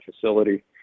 facility